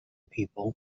people